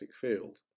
field